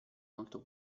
molto